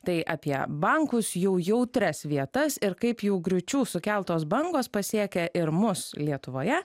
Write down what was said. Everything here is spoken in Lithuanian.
tai apie bankus jų jautrias vietas ir kaip jų griūčių sukeltos bangos pasiekia ir mus lietuvoje